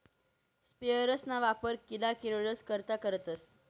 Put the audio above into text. sprayers ना वापर किडा किरकोडस करता करतस